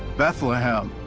bethlehem,